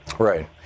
right